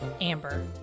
Amber